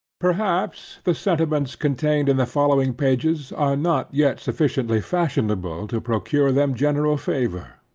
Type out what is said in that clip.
perhaps the sentiments contained in the following pages, are not yet sufficiently fashionable to procure them general favor